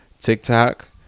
TikTok